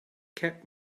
kept